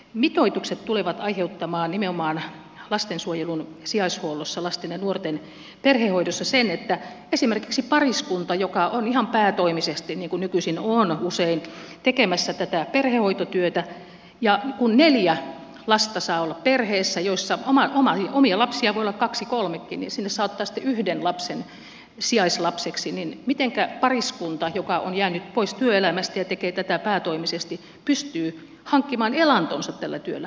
mitoitukset tulevat aiheuttamaan nimenomaan lastensuojelun sijaishuollossa lasten ja nuorten perhehoidossa sen että jos esimerkiksi pariskunta on ihan päätoimisesti tekemässä tätä perhehoitotyötä niin kuin nykyisin on usein ja kun neljä lasta saa olla perheessä jossa omia lapsia voi olla kaksi ja kolmekin ja sinne saa ottaa yhden lapsen sijaislapseksi niin miten pariskunta joka on jäänyt pois työelämästä ja tekee tätä päätoimisesti pystyy hankkimaan elantonsa tällä työllä